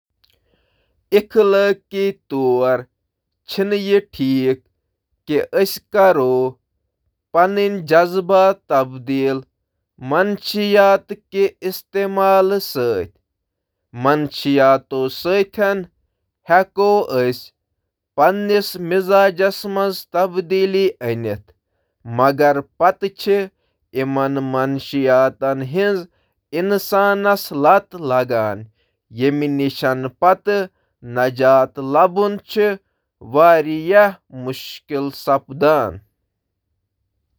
مجموعی طور پٲنٹھ، ڈرگ تھراپی منٛز چھ کینٛہہ اخلٲقی مسلہٕ، بنیٲدی طور پٲنٹھ چھ دوا اصل کھوتہٕ زیادٕ نقصان واتناونس تہٕ جائز رضامندی ہنٛدس مسئلس أنٛدۍ پٔکۍ مبنی، خاص طور پٲٹھۍ ییٚلہ تم تجویز کرنہٕ ییہٕ تکیازِ تم چھ آسان اختیار، امہٕ بجائہٕ زِ تم چھ بہترین اختیار۔